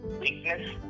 weakness